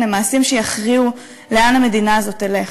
הם מעשים שיכריעו לאן המדינה הזאת תלך.